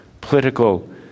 political